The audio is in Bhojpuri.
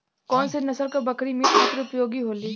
कौन से नसल क बकरी मीट खातिर उपयोग होली?